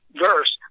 verse